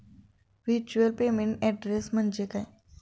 Virtual payment address म्हणजे काय?